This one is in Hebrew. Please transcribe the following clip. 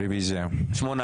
שמונה.